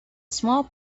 small